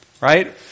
right